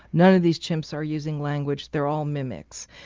none of these chimps are using language, they are all mimics.